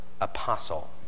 Apostle